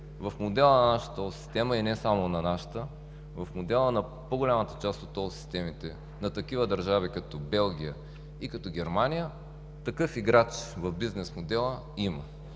В модела на нашата тол система, и не само на нашата, в модела на по-голямата част от тол системите на такива държави като Белгия и Германия такъв играч в бизнес модела има.